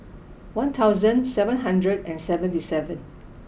one thousand seven hundred and seventy seven